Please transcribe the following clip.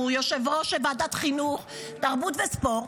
שהוא יושב-ראש ועדת החינוך התרבות והספורט,